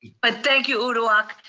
but thank you, uduak.